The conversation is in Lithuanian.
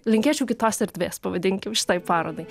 linkėčiau kitos erdvės pavadinkim šitai parodai